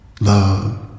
Love